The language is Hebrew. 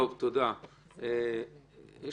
תודה, אדווה.